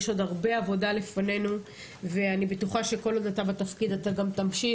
יש עוד הרבה עבודה לפנינו ואני בטוחה שכל עוד אתה בתפקיד אתה גם תמשיך.